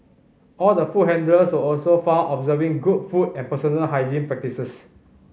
all the food handlers also found observing good food and personal hygiene practices